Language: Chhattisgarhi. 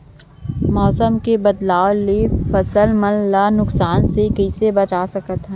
मौसम के बदलाव ले फसल मन ला नुकसान से कइसे बचा सकथन?